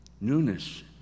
Newness